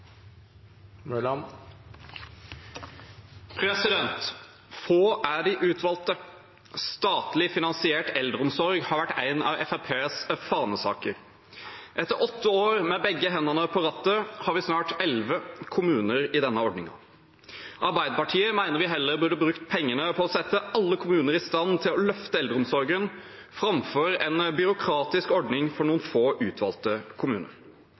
de utvalgte. Statlig finansiert eldreomsorg har vært en av Fremskrittspartiets fanesaker. Etter åtte år med begge hendene på rattet har vi snart elleve kommuner i denne ordningen. Arbeiderpartiet mener vi heller burde brukt pengene på å sette alle kommuner i stand til å løfte eldreomsorgen framfor å ha en byråkratisk ordning for noen få utvalgte kommuner.